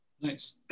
nice